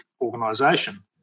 organisation